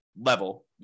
level